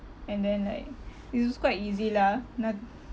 and then like it was quite easy lah not